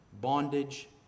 bondage